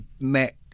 met